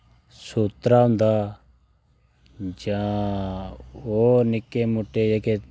सूत्रा होंदा जां होर निक्के मुट्टे जेह्के